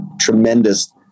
tremendous